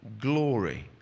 glory